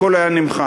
הכול היה נמחק.